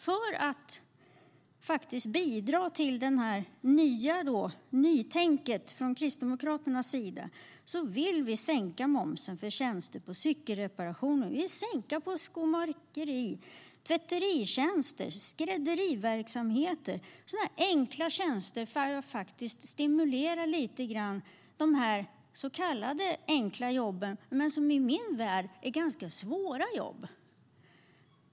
För att bidra till nytänket från Kristdemokraternas sida vill vi sänka momsen för enkla tjänster som cykelreparationer, skomakeri, tvätteritjänster och skrädderiverksamhet för att ge lite stimulans till de så kallade enkla jobben, som i min värld är ganska svåra jobb.